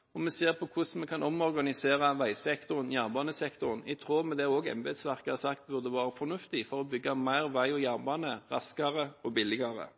støvet og ser på hvordan vi kan omorganisere veisektoren og jernbanesektoren i tråd med det som også embetsverket har sagt at burde være fornuftig, for å bygge mer vei og jernbane raskere og billigere.